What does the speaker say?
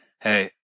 Hey